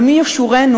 ומי ישורנו,